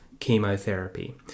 chemotherapy